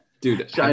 Dude